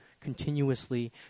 continuously